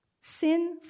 Sin